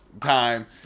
time